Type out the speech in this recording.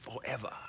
forever